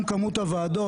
גם כמות הוועדות,